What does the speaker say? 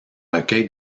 recueil